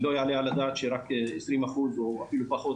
לא יעלה על הדעת שרק 20% או אפילו פחות,